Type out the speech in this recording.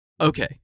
okay